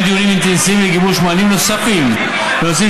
דיונים אינטנסיביים לגיבוש מענים נוספים בנושאים